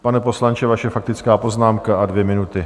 Pane poslanče, vaše faktická poznámka a dvě minuty.